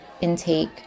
intake